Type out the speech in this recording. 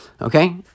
Okay